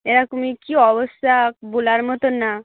এরকমই কী অবস্থা বলার মতো না